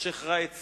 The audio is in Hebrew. השיח ראאד סלאח,